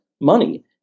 money